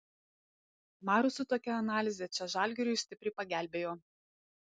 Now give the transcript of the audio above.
marius su tokia analize čia žalgiriui stipriai pagelbėjo